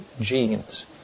genes